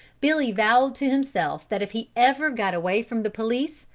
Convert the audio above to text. billy vowed to himself that if he ever got away from the police,